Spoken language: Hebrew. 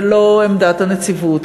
ולא עמדת הנציבות.